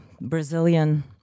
Brazilian